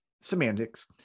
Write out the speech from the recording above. semantics